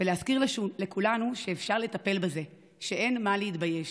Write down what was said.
ולהזכיר לכולנו שאפשר לטפל בזה, שאין מה להתבייש,